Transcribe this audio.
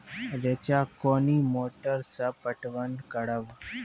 रेचा कोनी मोटर सऽ पटवन करव?